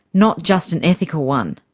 not just an ethical one.